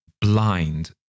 blind